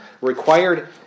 required